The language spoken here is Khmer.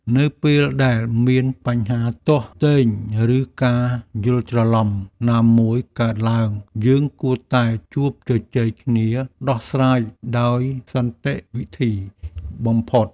នៅពេលដែលមានបញ្ហាទាស់ទែងឬការយល់ច្រឡំណាមួយកើតឡើងយើងគួរតែជួបជជែកគ្នាដោះស្រាយដោយសន្តិវិធីបំផុត។